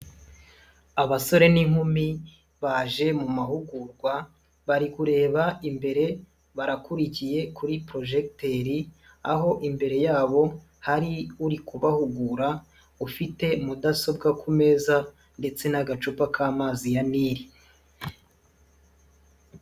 Abasore n'inkumi baje mu mahugurwa bari kureba imbere barakurikiye kuri porojegiteri aho imbere yabo hari uri kubahugura ufite mudasobwa ku meza ndetse n'agacupa k'amazi ya Nile.